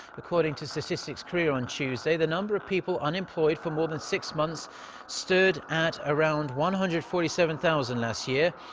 according to statistics korea on tuesday. the number of people unemployed for more than six months stood at around one hundred and forty seven thousand last year.